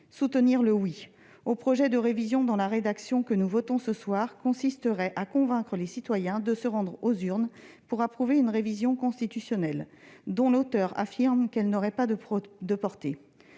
soutenir le « oui » au projet de révision dans la rédaction que nous votons ce soir consisterait à convaincre les citoyens de se rendre aux urnes pour approuver une révision constitutionnelle dont l'auteur affirme qu'elle n'aurait pas de portée.